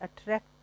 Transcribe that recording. attract